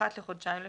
אחת לחודשיים לפחות.